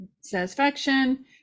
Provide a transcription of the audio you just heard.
satisfaction